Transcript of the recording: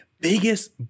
biggest